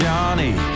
Johnny